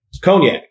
cognac